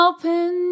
Open